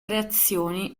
reazioni